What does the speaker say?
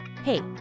Hey